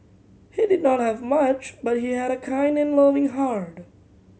he did not have much but he had a kind and loving heart